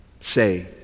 say